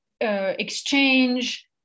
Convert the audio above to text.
exchange